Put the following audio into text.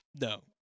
No